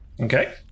Okay